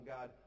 God